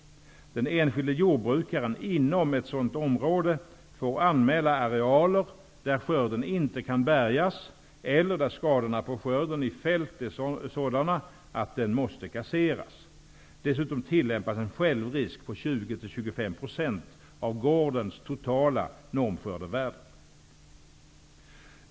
Den enskilde jordbrukaren inom ett sådant område får anmäla arealer där skörden inte kan bärgas eller där skadorna på skörden i fält är sådana att den måste kaseras. Dessutom tillämpas en självrisk på 20--25 % av gårdens totala normskördevärde.